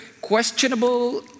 questionable